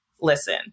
listen